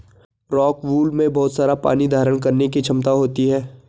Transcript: rockwool में बहुत सारा पानी धारण करने की क्षमता होती है